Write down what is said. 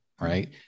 right